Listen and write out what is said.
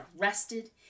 arrested